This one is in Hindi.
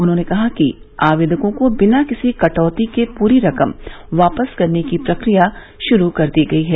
उन्होंने कहा कि आवेदकों को बिना किसी कटौती के पूरी रकम वापस करने की प्रक्रिया शुरू कर दी गई है